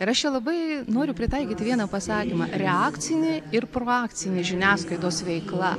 ir aš čia labai noriu pritaikyti vieną pasakymą reakcinė ir purvakcinė žiniasklaidos veikla